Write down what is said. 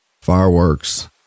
Fireworks